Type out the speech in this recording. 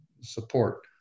support